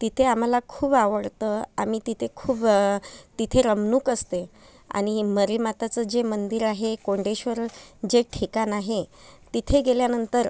तिथे आम्हाला खूप आवडतं आम्ही तिथे खूप तिथे रमणूक असते आणि मरीमाताचं जे मंदिर आहे कोंडेश्वर जे ठिकाण आहे तिथे गेल्यानंतर